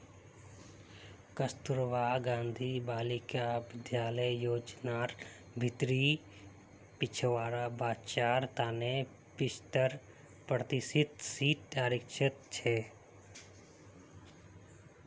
कस्तूरबा गांधी बालिका विद्यालय योजनार भीतरी पिछड़ा बच्चार तने पिछत्तर प्रतिशत सीट आरक्षित छे